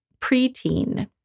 preteen